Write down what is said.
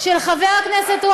חבר הכנסת חזן, נא לשבת.